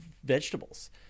vegetables